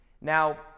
Now